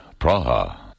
Praha